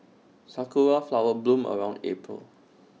Sakura Flowers bloom around April